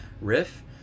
riff